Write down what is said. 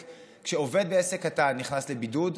כשעובד בעסק קטן נכנס לבידוד,